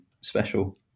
special